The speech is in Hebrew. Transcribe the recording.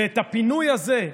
ואת הפינוי הזה,